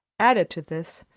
added to this,